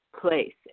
place